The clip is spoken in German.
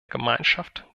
gemeinschaft